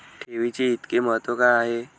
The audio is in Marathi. ठेवीचे इतके महत्व का आहे?